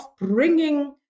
bringing